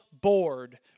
bored